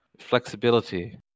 Flexibility